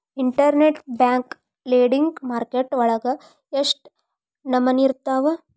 Internet bank lending market ವಳಗ ಎಷ್ಟ್ ನಮನಿಅದಾವು?